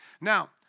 now